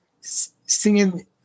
singing